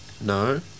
No